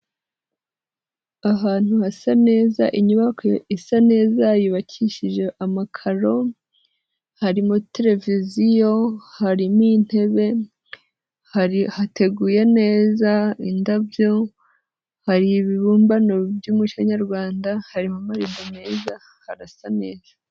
Ahantu hasa neza, inyubako isa neza, yubakishije amakaro. Harimo televiziyo, harimo intebe, hari hateguye neza, indabyo, hari ibibumbano by'umuco nyarwanda, harimo amarembo meza, harasa neza.